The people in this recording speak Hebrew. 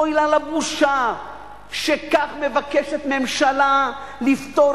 אוי לה לבושה שכך מבקשת ממשלה לפטור